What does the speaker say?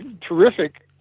terrific